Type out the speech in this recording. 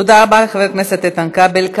תודה רבה לחבר הכנסת איתן כבל.